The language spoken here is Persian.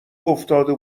افتاده